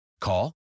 Call